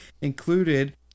included